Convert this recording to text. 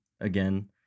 again